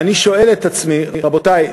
אני שואל את עצמי: רבותי,